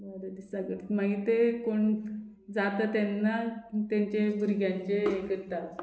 बरें दिसाक मागीर ते कोण जाता तेन्ना तेंचे भुरग्यांचे हे करता